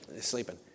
sleeping